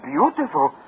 Beautiful